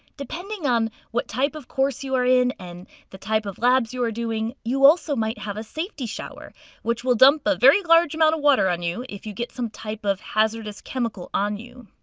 depending on what type of course you are in and the type of labs you are doing, you also may have a safety shower which will dump a very large amount of water on you if you get some type of hazardous chemical on you.